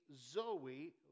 zoe